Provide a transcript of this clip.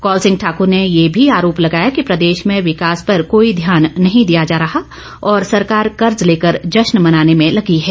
कौल सिंह ठाकुर ने ये भी आरोप लगाया कि प्रदेश में विकास पर कोई ध्यान नहीं दिया जा रहा और सरकार कर्ज लेकर जर्श्न मनाने में लगी है